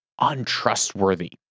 untrustworthy